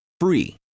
free